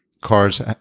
cars